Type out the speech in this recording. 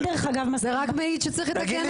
זה רק מעיד שצריך לתקן את זה.